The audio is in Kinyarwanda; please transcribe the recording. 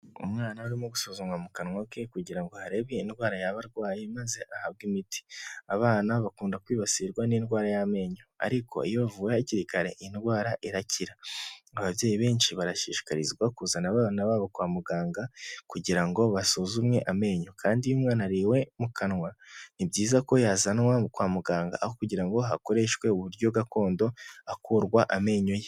Umwana urimo gusuzumwa mu kanwa ke kugira ngo harebwe indwara yaba arwaye maze ahabwe imiti. Abana bakunda kwibasirwa n'indwara y'amenyo, ariko iyo bavuwe hakiri kare indwara irakira. Ababyeyi benshi barashishikarizwa kuzana abana babo kwa muganga kugira ngo basuzumwe amenyo, kandi iyo umwana ariwe mu kanwa, ni byiza ko yazanwa kwa muganga, aho kugira ngo hakoreshwe uburyo gakondo akurwa amenyo ye.